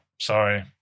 sorry